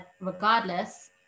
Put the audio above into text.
regardless